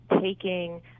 taking